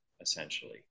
essentially